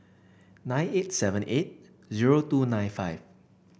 nine eight seven eight zero two nine five